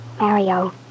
Mario